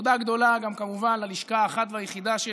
תודה גדולה גם כמובן ללשכה האחת והיחידה שלי,